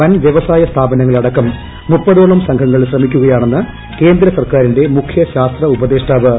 വൻ വൃവസായ സ്ഥാപനങ്ങളടക്കം മുപ്പതോളം സംഘങ്ങൾ ശ്രമിക്കുകയാണെന്ന് കേന്ദ്ര സർക്കാരിന്റെ മുഖ്യ ശാസ്ത്ര ഉപദേഷ്ടാവ് ഡോ